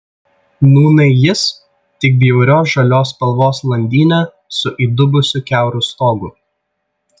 nūnai jis tik bjaurios žalios spalvos landynė su įdubusiu kiauru stogu